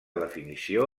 definició